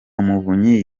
muvunyi